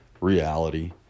reality